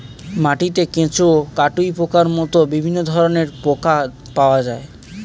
মাটিতে কেঁচো, কাটুই পোকার মতো বিভিন্ন ধরনের পোকা পাওয়া যায়